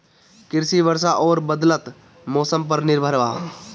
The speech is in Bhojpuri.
कृषि वर्षा आउर बदलत मौसम पर निर्भर बा